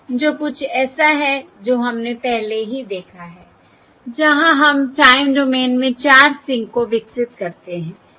जो कुछ ऐसा है जो हमने पहले ही देखा है जहां हम टाइम डोमेन में 4 सिंक को विकसित करते हैं